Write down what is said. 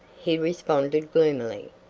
he responded gloomily.